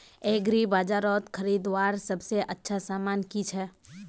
एग्रीबाजारोत खरीदवार सबसे अच्छा सामान की छे?